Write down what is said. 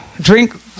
drink